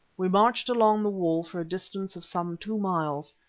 we marched along the wall for a distance of some two miles.